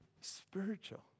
spiritual